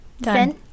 done